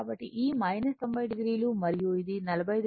కాబట్టి 90 oమరియు ఇది 45 o